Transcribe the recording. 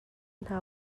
hna